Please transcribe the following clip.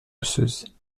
osseuses